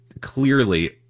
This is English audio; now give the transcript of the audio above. clearly